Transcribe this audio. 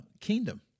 kingdom